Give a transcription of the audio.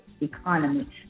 economy